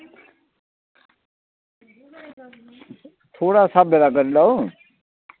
थोह्ड़ा स्हाबे दा करी लाओ